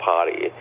Party